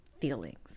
feelings